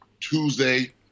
Tuesday